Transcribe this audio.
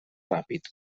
ràpid